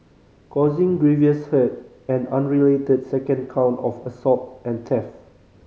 causing grievous hurt an unrelated second count of assault and theft